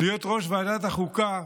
להיות ראש ועדת החוקה,